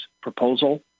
proposal